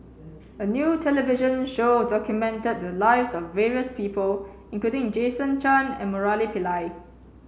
a new television show documented the lives of various people including Jason Chan and Murali Pillai